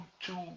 two